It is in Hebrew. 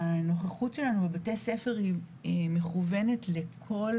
הנוכחות שלנו בבתי הספר היא מכוונת לכל